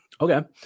Okay